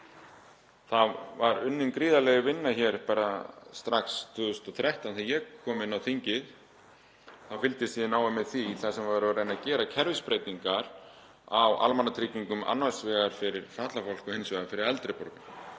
Þar var unnin gríðarleg vinna hér bara strax 2013 þegar ég kom inn á þingið. Þá fylgdist ég náið með því þar sem verið var að reyna að gera kerfisbreytingar á almannatryggingum, annars vegar fyrir fatlað fólk og hins vegar fyrir eldri borgara.